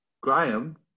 Graham